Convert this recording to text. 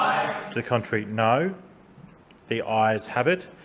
the contrary, no the ayes have it.